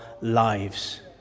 lives